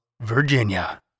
Virginia